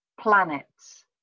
planets